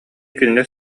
кинилэр